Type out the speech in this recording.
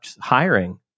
hiring